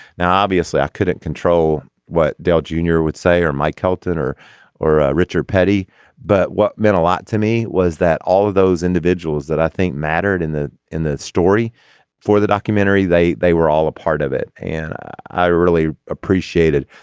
now obviously i couldn't control what dale junior would say or mike keltner or richard petty but what meant a lot to me was that all of those individuals that i think mattered in the in the story for the documentary they they were all a part of it. and i i really it.